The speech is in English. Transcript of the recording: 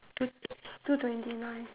two two twenty nine